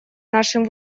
нашим